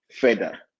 further